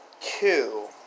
two